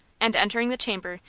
and, entering the chamber,